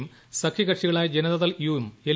യും സഖ്യ കക്ഷികളായ ജനതാദൾ യു ഉം എൽ